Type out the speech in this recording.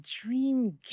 dream